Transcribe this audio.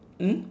mm